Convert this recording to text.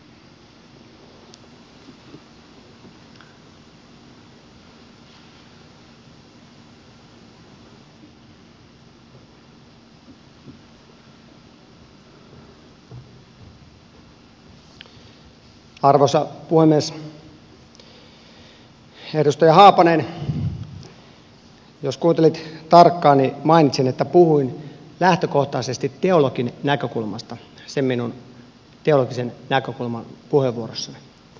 edustaja haapanen jos kuuntelit tarkkaan niin mainitsin että puhuin lähtökohtaisesti teologin näkökulmasta siinä minun teologisen näkökulman puheenvuorossani